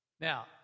Now